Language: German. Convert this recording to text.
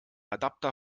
adapter